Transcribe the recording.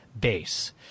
Base